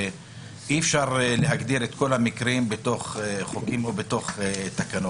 אי אפשר להגדיר את כל המקרים בתוך חוקים ובתקנות.